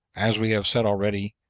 as we have said already,